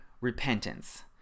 repentance